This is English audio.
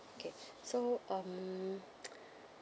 okay so um